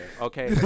Okay